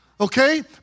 Okay